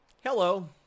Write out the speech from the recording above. Hello